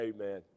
Amen